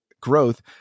growth